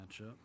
matchup